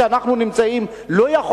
שאנחנו נמצאים בו.